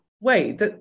Wait